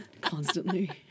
constantly